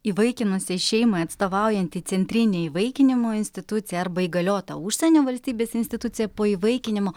įvaikinusiai šeimai atstovaujanti centrinė įvaikinimo institucija arba įgaliota užsienio valstybės institucija po įvaikinimo